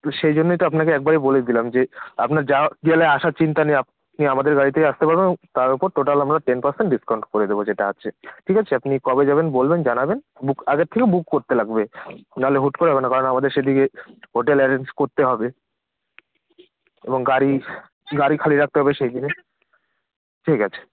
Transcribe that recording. তো সেই জন্যেই তো আপনাকে একবারে বলে দিলাম যে আপনার যা গেলে আসার চিন্তা নেই আপনি আমাদের গাড়িতেই আসতে পারবেন এবং তার উপর টোটাল আমরা টেন পার্সেন্ট ডিসকাউন্ট করে দেব যেটা আছে ঠিক আছে আপনি কবে যাবেন বলবেন জানাবেন বুক আগের থেকে বুক করতে লাগবে নাহলে হুট করে হবে না কারণ আমাদের সেদিকে হোটেল অ্যারেঞ্জ করতে হবে এবং গাড়ি গাড়ি খালি রাখতে হবে সেই দিনে ঠিক আছে